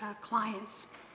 clients